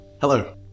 Hello